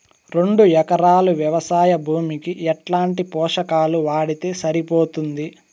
రెండు ఎకరాలు వ్వవసాయ భూమికి ఎట్లాంటి పోషకాలు వాడితే సరిపోతుంది?